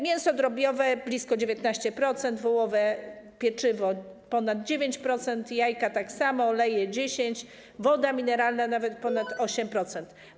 Mięso drobiowe - blisko 19%, wołowe, pieczywo - ponad 9%, jajka - tak samo, oleje - 10%, woda mineralna - nawet ponad 8%.